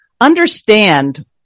Understand